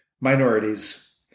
minorities